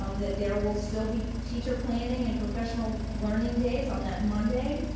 um that there will still be teacher planning and professional learning days on that monday,